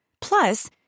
Plus